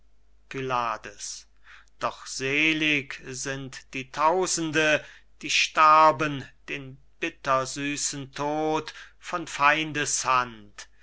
pylades doch selig sind die tausende die starben den bittersüßen tod von feindes hand